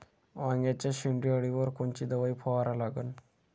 वांग्याच्या शेंडी अळीवर कोनची दवाई फवारा लागन?